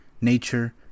nature